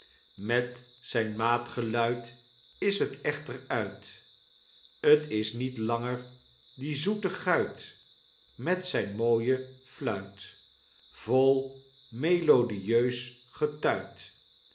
met zijn maatgeluid is het echter uit t is niet langer die zoete guit met zijn mooie fluit vol melodieus getuit